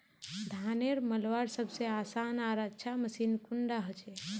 धानेर मलवार सबसे आसान आर अच्छा मशीन कुन डा होचए?